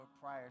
prior